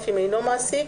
אף אם אינו מעסיק,